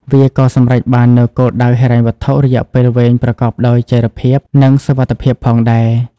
វាក៏សម្រេចបាននូវគោលដៅហិរញ្ញវត្ថុរយៈពេលវែងប្រកបដោយចីរភាព និងសុវត្ថិភាពផងដែរ។